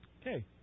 Okay